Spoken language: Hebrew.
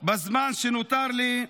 בזמן שנותר לי,